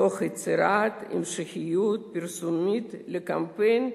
תוך יצירת המשכיות פרסומית לקמפיין הקודם.